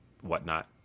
whatnot